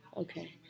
Okay